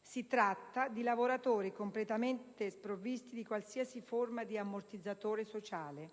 Si tratta di lavoratori completamente sprovvisti di qualsiasi forma di ammortizzatore sociale,